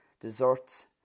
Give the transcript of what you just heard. desserts